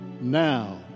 now